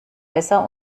besser